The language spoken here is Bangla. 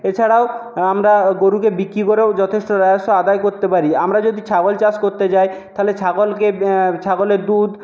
এছাড়াও আমরা গরুকে বিক্রি করেও যথেষ্ট রাজস্ব আদায় করতে পারি আমরা যদি ছাগল চাষ করতে যাই তাহলে ছাগলকে ছাগলের দুধ